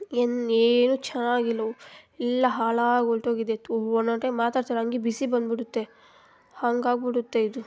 ಏನ್ ಏನು ಚೆನ್ನಾಗಿಲ್ವು ಎಲ್ಲ ಹಾಳಾಗಿ ಹೊರ್ಟೋಗಿದೆ ತು ಒನ್ನೊನ್ ಟೈಮ್ ಮಾತಾಡ್ತಿರ್ ಹಂಗೆ ಬಿಸಿ ಬಂದುಬಿಡುತ್ತೆ ಹಂಗಾಗಿಬಿಡುತ್ತೆ ಇದು